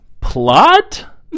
plot